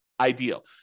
ideal